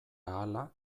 ahala